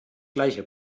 gleiche